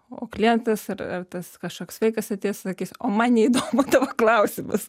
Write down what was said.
o klientas ar ar tas kažkoks vaikas atėjęs sakys o man neįdomu tavo klausimas